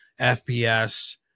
FPS